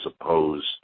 opposed